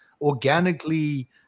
organically